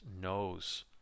knows